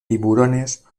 tiburones